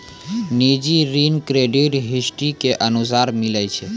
निजी ऋण credit history के अनुसार मिलै छै